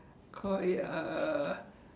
call it a